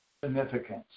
significance